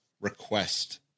request